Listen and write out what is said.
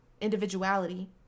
individuality